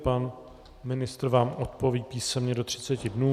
Pan ministr vám odpoví písemně do 30 dnů.